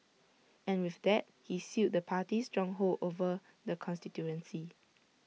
and with that he sealed the party's stronghold over the constituency